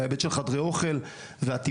בהיבט של חדרי אוכל והטיפול,